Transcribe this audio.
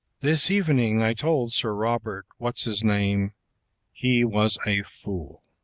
this evening i told sir robert what's his name he was a fool.